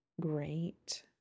great